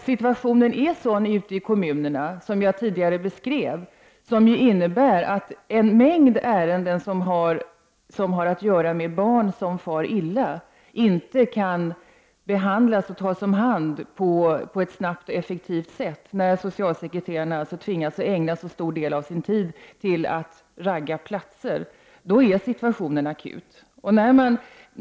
Situationen ute i kommunerna är nu sådan att en mängd ärenden som har att göra med barn som far illa inte kan behandlas och tas om hand på ett snabbt och effektivt sätt. Socialsekreterarna tvingas nämligen att ägna en stor del av sin tid till att ”ragga platser”. När det förhåller sig på detta sätt, då är situationen akut.